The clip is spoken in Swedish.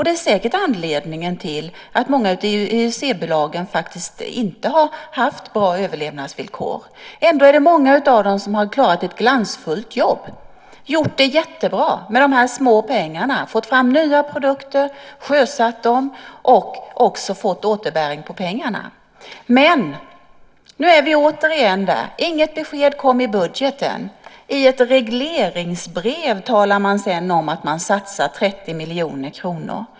Det är säkert anledningen till att många av IUC-bolagen faktiskt inte har haft bra överlevnadsvillkor. Ändå är det många av dem som har gjort ett glansfullt jobb. De har gjort det jättebra. Med de här små medlen har de fått fram nya produkter, sjösatt dessa och också fått återbäring på pengarna. Men nu är vi återigen där: Inget besked kom i budgeten. I ett regleringsbrev talar man sedan om att man satsar 30 miljoner kronor.